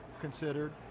considered